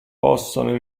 possono